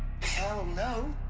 hell no.